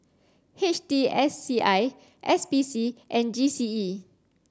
H T S C I S P C and G C E